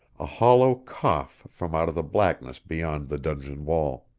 a hollow cough from out of the blackness beyond the dungeon wall.